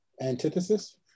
Antithesis